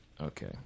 Okay